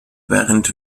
während